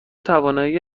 توانایی